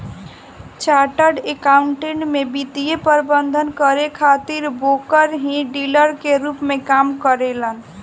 chartered accountant में वित्तीय प्रबंधन करे खातिर ब्रोकर ही डीलर के रूप में काम करेलन